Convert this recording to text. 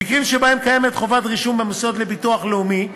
במקרים שבהם קיימת חובת רישום במוסד לביטוח לאומי,